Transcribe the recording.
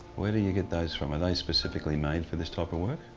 were do you get those from? are they specifically made for this type of work?